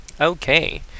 okay